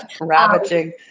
Ravaging